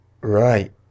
Right